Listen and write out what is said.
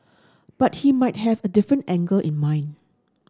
but he might have a different angle in mind